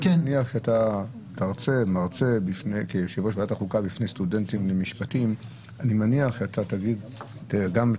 שאתה מרצה כיושב-ראש ועדת החוקה בפני סטודנטים למשפטים ואומר את משנתך.